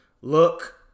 look